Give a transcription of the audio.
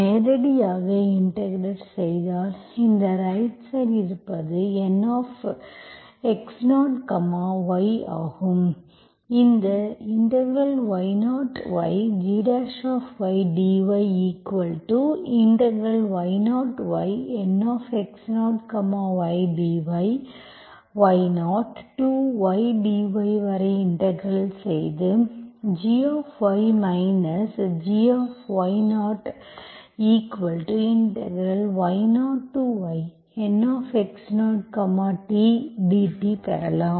நேரடியாக இன்டெகிரெட் செய்தால் இந்த ரைட் சைடு இருப்பது Nx0y ஆகும் இந்த y0ygy dy y0yNx0ydy y0 to y dy வரை இன்டெக்ரல் செய்து gy gy0y0yNx0t dt பெறலாம்